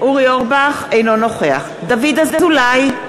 אינו נוכח דוד אזולאי,